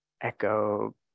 echo